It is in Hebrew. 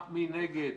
מי נגד?